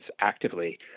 actively